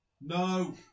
No